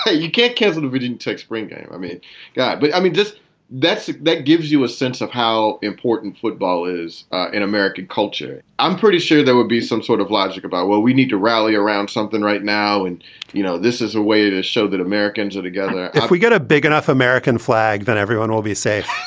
ah you can't cancel. and we didn't take spring game. i mean. yeah, but i mean, just that that gives you a sense of how important football is in american culture i'm pretty sure there would be some sort of logic about what we need to rally around something right now. and you know, this is a way to show that americans are together if we get a big enough american flag, then everyone will be safe